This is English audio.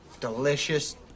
delicious